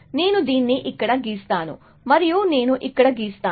నేను దీనిని ఇక్కడ గీస్తాను మరియు నేను ఇక్కడ గీస్తాను